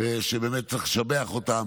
שבאמת צריך לשבח אותן.